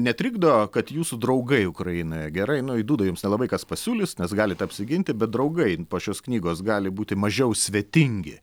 netrikdo kad jūsų draugai ukrainoje gerai nu į dūdą jums nelabai kas pasiūlys nes galit apsiginti bet draugai pačios knygos gali būti mažiau svetingi